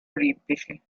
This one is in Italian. olimpici